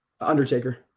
Undertaker